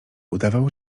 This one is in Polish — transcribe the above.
udawał